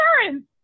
insurance